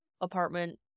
apartment